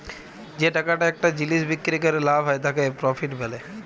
যে টাকাটা একটা জিলিস বিক্রি ক্যরে লাভ হ্যয় তাকে প্রফিট ব্যলে